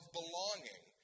belonging